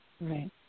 Right